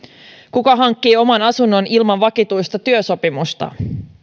kuka hankkii oman asunnon ilman vakituista työsopimusta